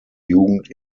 jugend